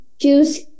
Juice